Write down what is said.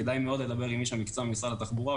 כדאי מאוד לדבר עם איש המקצוע במשרד התחבורה,